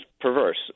perverse